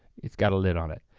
it's got a lid on it.